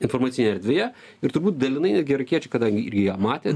informacinė erdvė ir turbūt dalinai netgi irakiečiai kadangi ir jie matė